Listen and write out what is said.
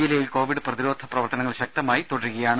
ജില്ലയിൽ കോവിഡ് പ്രതിരോധ പ്രവർത്തനങ്ങൾ ശക്തമായി തുടരുന്നു